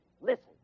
Listen